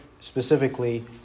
specifically